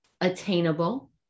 attainable